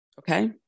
Okay